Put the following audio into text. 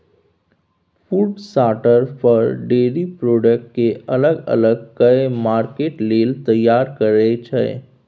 food शार्टर फर, dairy product केँ अलग अलग कए मार्केट लेल तैयार करय छै